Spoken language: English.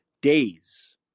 days